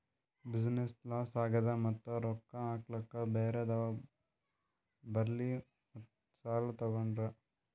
business loss ಆಗ್ಯಾದ್ ಮತ್ತ ರೊಕ್ಕಾ ಹಾಕ್ಲಾಕ್ ಬ್ಯಾರೆದವ್ ಬಲ್ಲಿ ಸಾಲಾ ತೊಗೊಂಡ್ರ